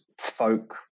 folk